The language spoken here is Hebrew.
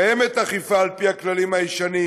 קיימת אכיפה על-פי הכללים הישנים,